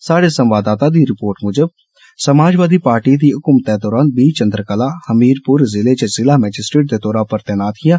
स्हाड़े संवाददाता दी रिपोर्ट मुजब समाजवादी पार्टी दी हकूमत दौरान बी चंद्रकला हमीरपुर जिले च जिला मैजिस्ट्रेट दे तौर पर तैनात हिआं